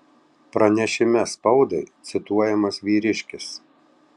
pranešime spaudai cituojamas vyriškis